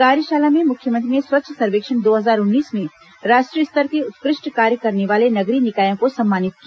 कार्यशाला में मुख्यमंत्री ने स्वच्छ सर्वेक्षण दो हजार उन्नीस में राष्ट्रीय स्तर पर उत्कृष्ट कार्य करने वाले नगरीय निकायों को सम्मानित किया